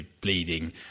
bleeding